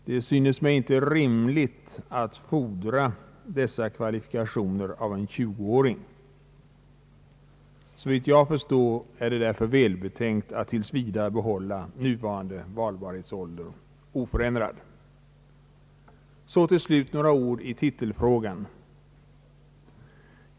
Det synes mig inte rimligt att fordra dessa kvalifikationer av en 20-åring. Såvitt jag förstår är det därför välbetänkt att tills vidare behålla nuvarande valbarhetsålder oförändrad. Så till slut några ord i titelfrågan.